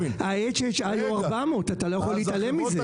ה-HHI הוא 400, אתה לא יכול להתעלם מזה.